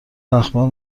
اخبار